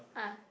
ah